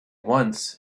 once